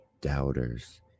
doubters